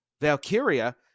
Valkyria